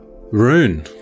Rune